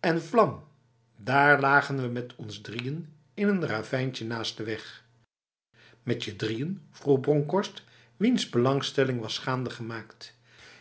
en vlan daar lagen we met ons drieën in n ravijntje naast de weg met je drieën vroeg bronkhorst wiens belangstelling was gaande gemaakt